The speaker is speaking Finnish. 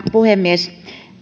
puhemies